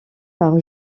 par